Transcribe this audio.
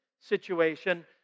situation